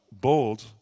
bold